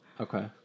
Okay